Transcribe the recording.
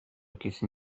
کسی